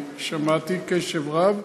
אני שמעתי בקשב רב,